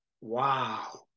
wow